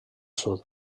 sud